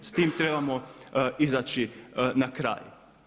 S tim trebamo izaći na kraj.